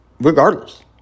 regardless